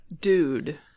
Dude